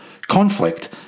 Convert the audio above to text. Conflict